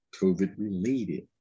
COVID-related